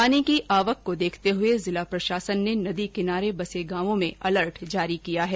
पानी की आवक को देखते हुए जिला प्रशासन ने नदी किनारे बसे गांवों में अलर्ट जारी किया है